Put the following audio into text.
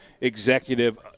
executive